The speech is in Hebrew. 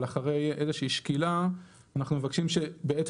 אבל אחרי איזושהי שקילה אנחנו מבקשים שבעצם